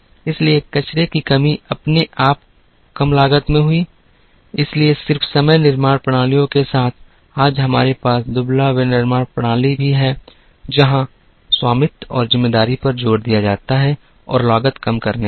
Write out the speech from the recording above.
इसलिए कचरे की कमी अपने आप कम लागत में हुई इसलिए सिर्फ समय निर्माण प्रणालियों के साथ आज हमारे पास दुबला विनिर्माण प्रणाली भी है जहां स्वामित्व और जिम्मेदारी पर जोर दिया जाता है और लागत कम करने पर भी